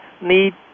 need